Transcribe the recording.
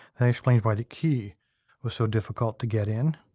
that explains why the key was so difficult to get in.